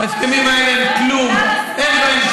ההסכמים האלה לא ראויים.